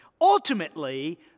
ultimately